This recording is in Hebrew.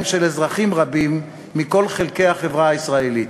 של אזרחים רבים מכל חלקי החברה הישראלית.